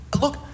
Look